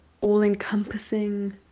all-encompassing